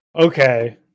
Okay